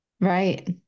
Right